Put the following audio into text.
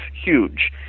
huge